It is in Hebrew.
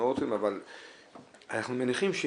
אבל אנחנו מניחים,